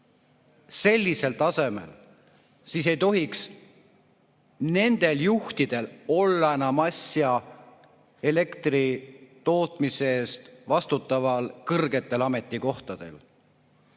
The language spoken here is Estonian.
sellisel tasemel, siis ei tohiks nendel juhtidel olla enam asja elektri tootmise eest vastutavatele kõrgetele ametikohtadele.